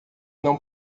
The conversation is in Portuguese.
não